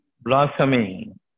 blossoming